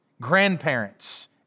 grandparents